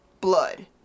blood